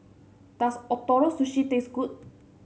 does Ootoro Sushi taste good